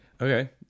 okay